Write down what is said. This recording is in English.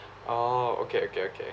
oh okay okay okay